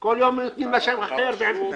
דיון באולם נגב על הצעת החוק והוא יהיה משודר.